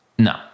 No